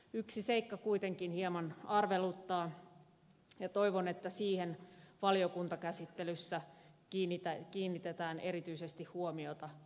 yksi seikka kuitenkin hieman arveluttaa ja toivon että siihen valiokuntakäsittelyssä kiinnitetään erityisesti huomiota